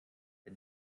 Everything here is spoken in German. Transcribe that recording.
der